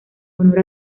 honor